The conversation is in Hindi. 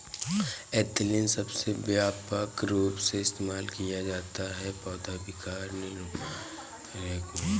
एथिलीन सबसे व्यापक रूप से इस्तेमाल किया जाने वाला पौधा विकास नियामक है